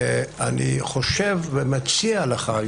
אני חושב ומציע לך,